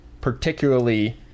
particularly